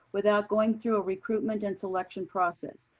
without going through a recruitment and selection process.